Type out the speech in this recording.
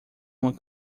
uma